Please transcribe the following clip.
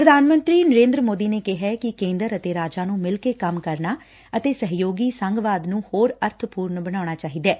ਪ੍ਰਧਾਨ ਮੰਤਰੀ ਨਰੇਂਦਰ ਸੋਦੀ ਨੇ ਕਿਹੈ ਕਿ ਕੇਂਦਰ ਅਤੇ ਰਾਜਾਂ ਨੂੰ ਮਿਲਕੇ ਕੰਮ ਕਰਨਾ ਅਤੇ ਸਹਿਕਾਰੀ ਸੰਘਵਾਦ ਨੂੰ ਹੋਰ ਅਰਥਪੁਰਨ ਬਣਾਉਣਾ ਚਾਹੀਦੈ